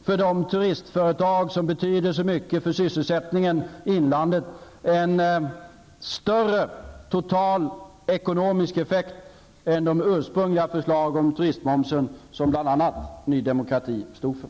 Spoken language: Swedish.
För de turistföretag som betyder så mycket för sysselsättningen i inlandet ger detta en större total ekonomisk effekt än de ursprungliga förslag om turistmomsen som bl.a. Ny Demokrati stod för.